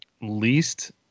least